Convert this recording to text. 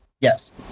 Yes